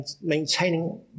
Maintaining